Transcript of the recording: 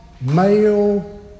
male